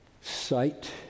sight